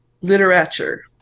literature